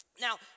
Now